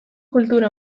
kultura